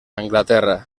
anglaterra